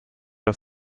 aus